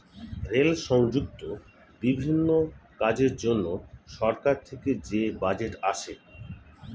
rail সংযুক্ত বিভিন্ন কাজের জন্য সরকার থেকে যে বাজেট আসে